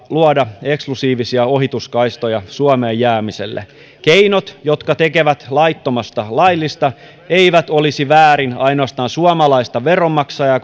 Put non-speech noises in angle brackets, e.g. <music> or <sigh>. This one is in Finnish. luoda eksklusiivisia ohituskaistoja suomeen jäämiselle keinot jotka tekevät laittomasta laillista eivät olisi väärin ainoastaan suomalaista veronmaksajaa <unintelligible>